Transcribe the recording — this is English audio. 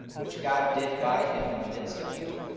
which god did by him in the midst of you,